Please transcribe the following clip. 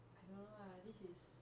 I don't know lah this is